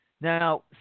Now